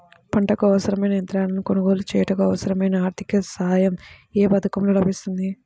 పంటకు అవసరమైన యంత్రాలను కొనగోలు చేయుటకు, అవసరమైన ఆర్థిక సాయం యే పథకంలో లభిస్తుంది?